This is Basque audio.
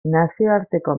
nazioarteko